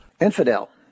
Infidel